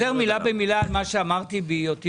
אתה חוזר מילה במילה על מה שאמרתי בהיותי